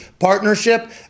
partnership